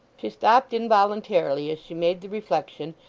she stopped involuntarily as she made the reflection,